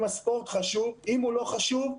אם הספורט לא חשוב,